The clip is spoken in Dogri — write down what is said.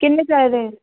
किन्ने चाहिदे